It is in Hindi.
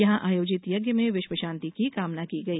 यहां आयोजित यज्ञ में विश्व शांति की कामना की गई